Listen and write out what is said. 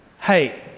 Hey